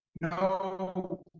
No